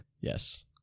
Yes